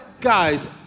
Guys